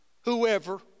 whoever